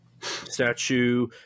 Statue